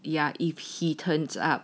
ya if he turns up